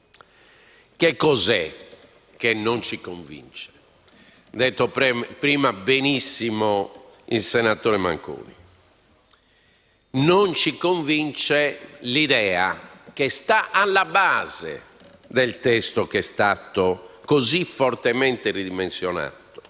Cosa non ci convince? L'ha detto prima benissimo il senatore Manconi. Non ci convince l'idea che sta alla base del testo che è stato così fortemente ridimensionato